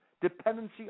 dependency